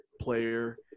player